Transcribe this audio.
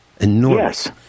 enormous